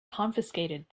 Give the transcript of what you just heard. confiscated